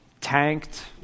tanked